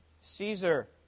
Caesar